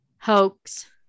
Hoax